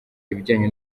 ibijyanye